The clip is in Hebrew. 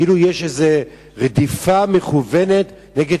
כאילו יש איזו רדיפה מכוונת נגד